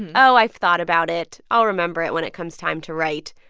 oh, i've thought about it. i'll remember it when it comes time to write.